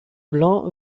blanc